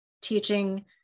teaching